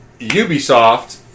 Ubisoft